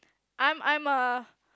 I'm I'm a